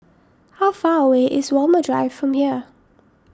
how far away is Walmer Drive from here